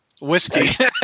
whiskey